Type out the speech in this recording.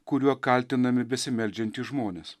kuriuo kaltinami besimeldžiantys žmonės